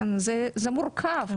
זה מורכב.